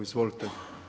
Izvolite.